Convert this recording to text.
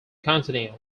continue